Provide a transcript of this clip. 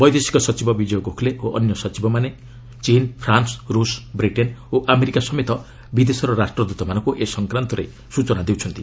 ବୈଦେଶିକ ସଚିବ ବିଜୟ ଗୋଖଲେ ଓ ଅନ୍ୟ ସଚିବମାନେ ଚୀନ୍ ଫ୍ରାନ୍ୱ ରୁଷ ବ୍ରିଟେନ୍ ଓ ଆମେରିକା ସମେତ ବିଦେଶର ରାଷ୍ଟ୍ରଦ୍ଦତମାନଙ୍କୁ ଏ ସଂକ୍ରାନ୍ତରେ ସ୍ବଚନା ଦେଉଛନ୍ତି